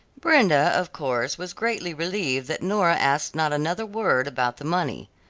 brenda, of course was greatly relieved that nora asked not another word about the money.